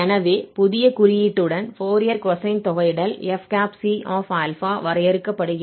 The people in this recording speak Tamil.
எனவே புதிய குறியீட்டுடன் ஃபோரியர் கொசைன் தொகையிடல் fc∝ வரையறுக்கப்படுகிறது